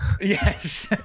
Yes